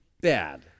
bad